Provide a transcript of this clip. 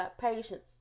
patience